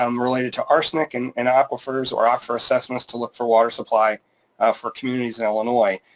um related to arsenic and and aquifers or aquifer assessments to look for water supply for communities in illinois.